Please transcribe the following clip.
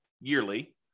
yearly